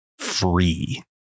free